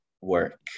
work